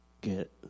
get